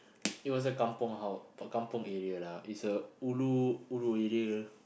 it was a kampung hou~ a kampung area lah it's a ulu ulu area